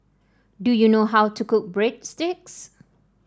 do you know how to cook Breadsticks